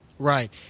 Right